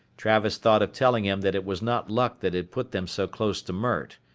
travis thought of telling him that it was not luck that had put them so close to mert,